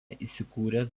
įsikūręs